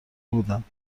بودم